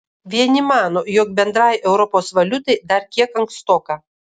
vieni mano jog bendrai europos valiutai dar kiek ankstoka